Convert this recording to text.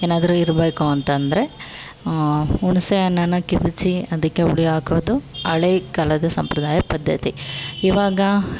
ಏನಾದರೂ ಇರಬೇಕು ಅಂತಂದರೆ ಹುಣ್ಸೆ ಹಣ್ಣನ್ನು ಕಿವುಚಿ ಅದಕ್ಕೆ ಹುಳಿ ಹಾಕೋದು ಹಳೇ ಕಾಲದ ಸಂಪ್ರದಾಯ ಪದ್ಧತಿ ಇವಾಗ